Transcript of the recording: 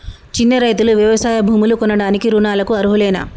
చిన్న రైతులు వ్యవసాయ భూములు కొనడానికి రుణాలకు అర్హులేనా?